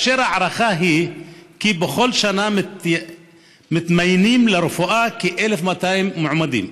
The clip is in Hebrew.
ההערכה היא שבכל שנה מתמיינים לרפואה כ-1,200 מועמדים,